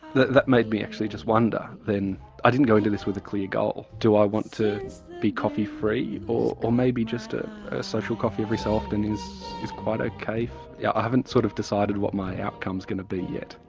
that that made me actually just wonder then i didn't go into this with a clear goal do i want to be coffee free? or or maybe just a social coffee every so often is is quite ah ok. yeah i haven't sort of decided what my outcome is going to be yet.